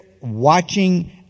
watching